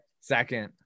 second